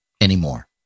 anymore